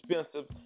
expensive